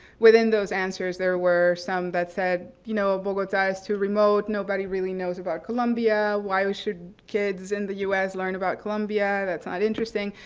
within those answers there were some that said, you know, ah bogata is too remote. nobody really knows about columbia. why we should kids in the u s. learn about columbia? that's not interesting.